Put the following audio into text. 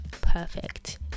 perfect